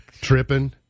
Tripping